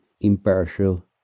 impartial